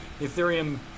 Ethereum